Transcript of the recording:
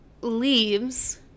leaves